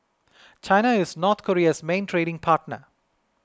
China is North Korea's main trading partner